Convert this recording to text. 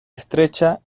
estrecha